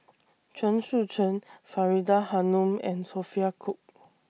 Chen Sucheng Faridah Hanum and Sophia Cooke